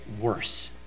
worse